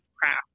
craft